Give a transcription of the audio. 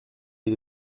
est